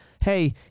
Hey